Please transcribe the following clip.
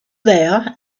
there